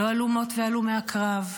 לא הלומות והלומי הקרב,